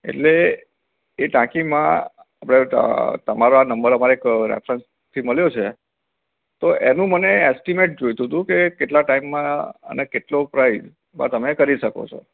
એટલે એ ટાંકીમાં આપળે તમારો નંબર અમારે એક રેફરન્સથી મળ્યો છે તો એનું મને એસ્ટીમેટ જોઈતુંતું કે કેટલા ટાઈમમાં અને કેટલો પ્રાઇઝ માં તમે કરી શકો છો